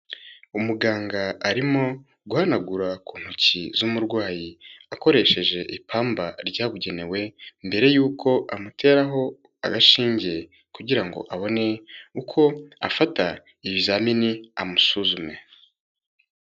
Umuganga arimo guhanagura ku intoki z'umurwayi akoresheje ipamba ryabugenewe mbere yuko amuteraho agashinge kugira ngo abone uko afata ibizamini amusuzume.